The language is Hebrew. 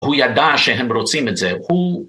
הוא ידע שהם רוצים את זה, הוא...